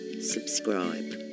subscribe